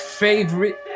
Favorite